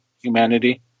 humanity